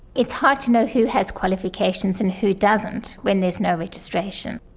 it's hard to know who has qualifications and who doesn't when there's no registration.